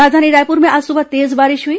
राजधानी रायपुर में आज सुबह तेज बारिश हुई